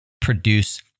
produce